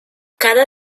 cada